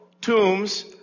Tombs